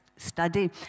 study